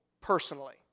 personally